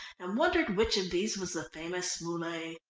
and wondered which of these was the famous muley.